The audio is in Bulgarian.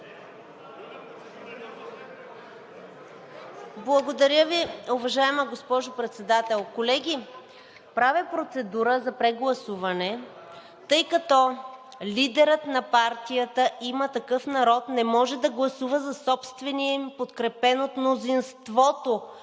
Благодаря Ви, уважаема госпожо Председател. Колеги, правя процедура за прегласуване, тъй като лидерът на партията „Има такъв народ“ не може да гласува за собствения им, подкрепен от мнозинството